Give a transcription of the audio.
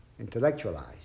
intellectualized